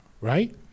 right